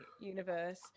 universe